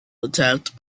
attacked